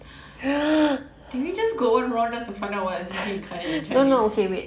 did we just go one round just to find out what is reincarnate in chinese